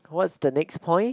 what the next point